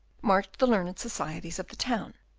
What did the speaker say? marched the learned societies of the town,